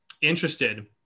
interested